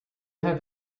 have